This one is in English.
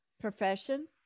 profession